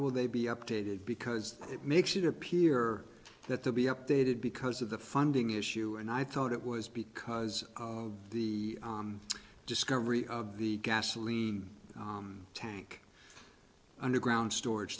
will they be updated because it makes it appear that to be updated because of the funding issue and i thought it was because of the discovery of the gasoline tank underground storage